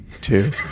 two